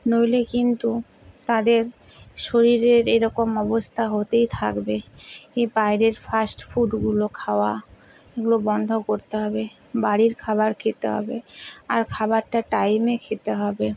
নইলে কিন্তু তাদের শরীরের এরকম অবস্থা হতেই থাকবে এই বাইরের ফাস্ট ফুডগুলো খাওয়া এগুলো বন্ধ করতে হবে বাড়ির খাবার খেতে হবে আর খাবারটা টাইমে খেতে হবে